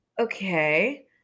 okay